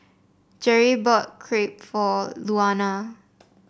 Jere bought Crepe for Luana